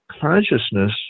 consciousness